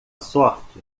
sorte